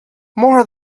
more